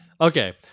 okay